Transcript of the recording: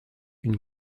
une